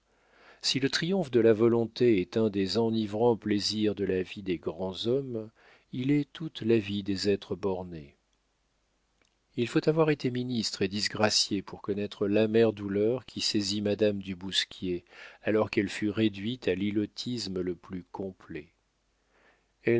si le triomphe de la volonté est un des enivrants plaisirs de la vie des grands hommes il est toute la vie des êtres bornés il faut avoir été ministre et disgracié pour connaître l'amère douleur qui saisit madame du bousquier alors qu'elle fut réduite à l'ilotisme le plus complet